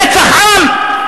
רצח עם?